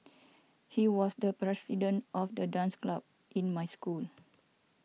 he was the president of the dance club in my school